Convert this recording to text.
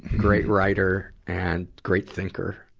great writer and great thinker.